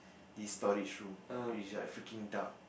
this storage room which like freaking dark